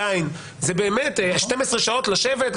באמת 12 שעות לשבת,